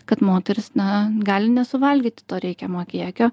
kad moterys na gali nesuvalgyti to reikiamo kiekio